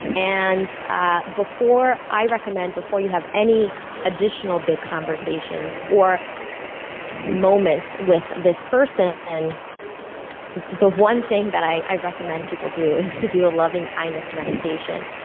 and ah i recommend before you have any additional big conversations or moments with this person, and the one thing that i recommend people do is to do a loving-kindness meditation.